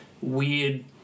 weird